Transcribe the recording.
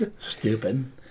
Stupid